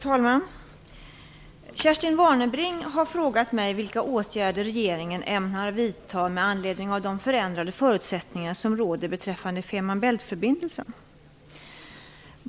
Fru talman! Kerstin Warnerbring har frågat mig vilka åtgärder regeringen ämnar vidta med anledning av de förändrade förutsättningar som råder beträffande Fehmarn Bält-förbindelsen.